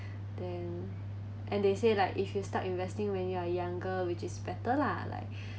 then and they say like if you start investing when you are younger which is better lah like